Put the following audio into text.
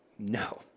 No